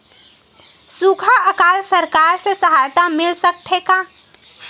सुखा अकाल सरकार से सहायता मिल सकथे का?